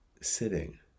sitting